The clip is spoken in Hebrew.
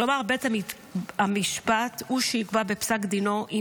כלומר בית המשפט הוא שיקבע בפסק דינו אם